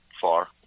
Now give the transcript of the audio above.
far